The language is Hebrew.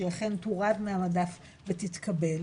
שהיא אכן תורד מהמדף ותתקבל.